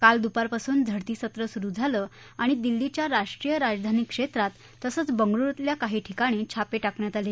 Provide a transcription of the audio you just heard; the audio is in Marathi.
काल दुपारपासून झडती सत्र सुरु झालं आणि दिल्लीच्या राष्ट्रीय राजधानी क्षेत्रात तसंच बेंगळुरुतल्या काही ठिकाणी छापे टाकण्यात आले